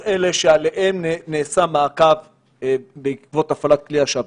שב"כ בעקבות הצעות לדיון מהיר.